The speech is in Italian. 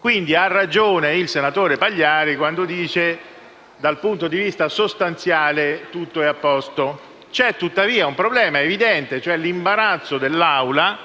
Quindi ha ragione il senatore Pagliari quando dice che dal punto di vista sostanziale tutto è a posto. C'è tuttavia un problema evidente, cioè l'imbarazzo dell'Assemblea